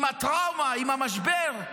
עם הטראומה, עם המשבר,